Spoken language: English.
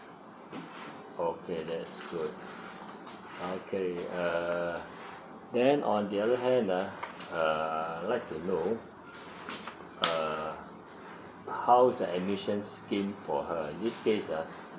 okay that is good okay uh then on the other hand ah uh I'd like to know err how's the admission scheme for her in this case ah